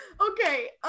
Okay